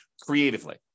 creatively